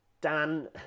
Dan